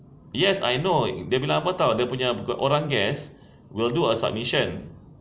yes I know dia bilang apa [tau] dia punya orang gas will do a submission